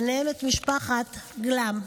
ובהן משפחת גלס.